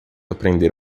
aprender